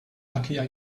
luckier